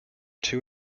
two